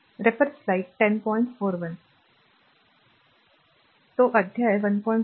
तो अध्याय 1